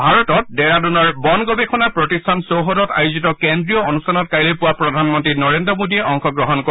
ভাৰতত ডেৰাডুনৰ বন গৱেষণা প্ৰতিষ্ঠান চৌহদত আয়োজিত কেন্দ্ৰীয় অনুষ্ঠানত কাইলৈ পূৱা প্ৰধানমন্ত্ৰী নৰেন্দ্ৰ মোদীয়ে অংশগ্ৰহণ কৰিব